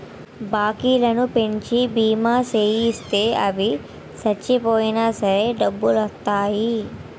బక్కలను పెంచి బీమా సేయిత్తే అవి సచ్చిపోయినా సరే డబ్బులొత్తాయి